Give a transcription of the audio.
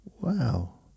Wow